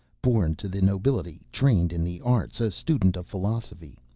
born to the nobility, trained in the arts, a student of philosophy,